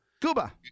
Cuba